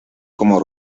como